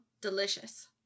Delicious